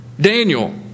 Daniel